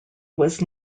was